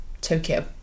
Tokyo